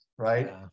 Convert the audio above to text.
right